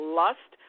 lust